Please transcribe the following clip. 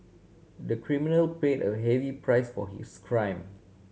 the criminal paid a heavy price for his crime